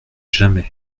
jamais